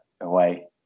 away